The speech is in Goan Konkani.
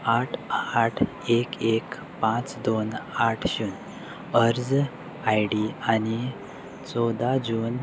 आठ आठ एक एक पांच दोन आठ शुन्य अर्ज आय डी आनी चवदा जून